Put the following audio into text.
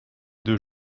deux